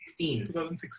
2016